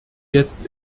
jetzt